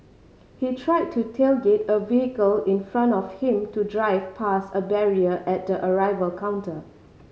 he tried to tailgate a vehicle in front of him to drive past a barrier at the arrival counter